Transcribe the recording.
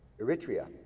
Eritrea